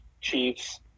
Chiefs